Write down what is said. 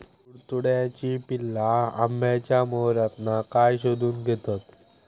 तुडतुड्याची पिल्ला आंब्याच्या मोहरातना काय शोशून घेतत?